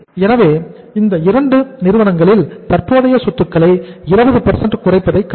எனவே இந்த 2 நிறுவனங்களில் தற்போதைய சொத்துக்களை 20 குறைப்பதை கண்டோம்